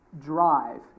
drive